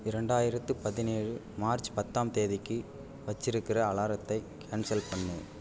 இரண்டாயிரத்து பதினேழு மார்ச் பத்தாம் தேதிக்கு வைச்சிருக்கிற அலாரத்தை கேன்சல் பண்ணு